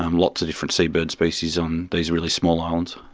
um lots of different seabird species on these really small islands.